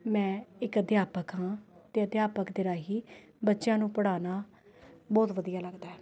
ਮੈਂ ਇੱਕ ਅਧਿਆਪਕ ਹਾਂ ਅਤੇ ਅਧਿਆਪਕ ਦੇ ਰਾਹੀਂ ਬੱਚਿਆਂ ਨੂੰ ਪੜ੍ਹਾਉਣਾ ਬਹੁਤ ਵਧੀਆ ਲੱਗਦਾ ਹੈ